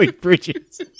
Bridges